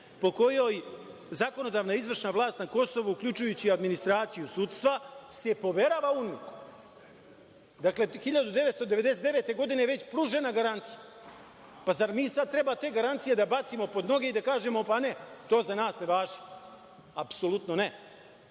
po kojoj zakonodavna i izvršna vlast na Kosovu, uključujući i administraciju sudstva, se poverava UNMIK. Dakle 1999. godine je već pružena garancija. Pa zar mi sad treba te garancije da bacimo pod noge i da kažemo – pa ne, to za nas ne važi? Apsolutno ne. Kao